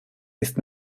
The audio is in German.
ist